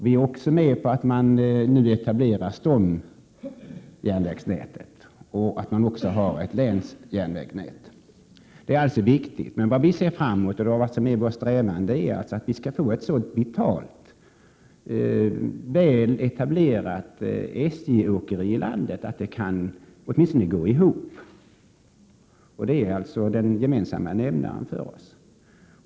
Vi är också med på att man nu etablerar ett stomjärnvägsnät och att man har ett länsjärnvägsnät. Det är således viktigt. Vår strävan, och vad vi ser fram emot, är emellertid att vi skall få ett så vitalt och väl etablerat SJ-åkeri i landet att det åtminstone kan gå ihop. Det är således den gemensamma nämnaren för oss.